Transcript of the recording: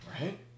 right